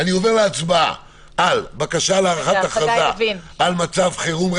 אני עובר להצבעה על בקשה להארכת הכרזה על מצב חירום --- חגי לוין.